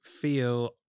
feel